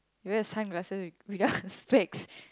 you wear sunglasses wi~ without a specs